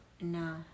No